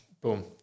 boom